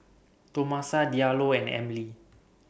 Tomasa Diallo and Emily